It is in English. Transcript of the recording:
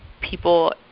people